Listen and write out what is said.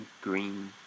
green